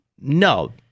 no